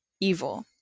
Evil